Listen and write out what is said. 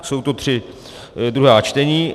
Jsou to tři druhá čtení.